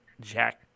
Jack